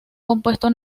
compuesto